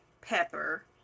pepper